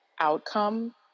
outcome